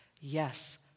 Yes